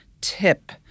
tip